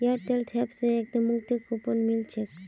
Airtel thanks ऐपत मुफ्त coupon मिल छेक